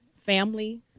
family